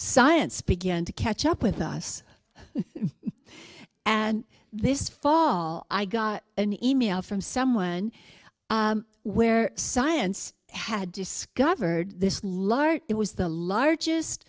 science began to catch up with us and this fall i got an email from someone where science had discovered this large it was the largest